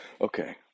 Okay